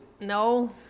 No